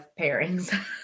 pairings